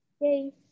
Yay